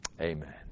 Amen